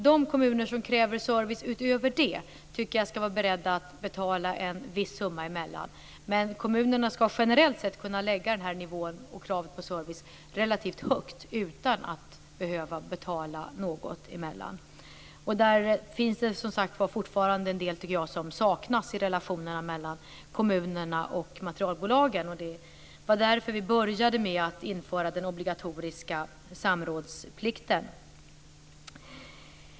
De kommuner som kräver service utöver det tycker jag skall vara beredda att betala en viss summa emellan. Men kommunerna skall generellt sett kunna lägga den här nivån och kravet på service relativt högt utan att behöva betala något emellan. Där tycker jag att det fortfarande saknas en del i relationerna mellan kommunerna och materialbolagen. Det var därför vi började med att införa den obligatoriska samrådsplikten.